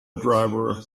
driver